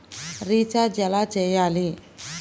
Recharge ఎలా చెయ్యాలి?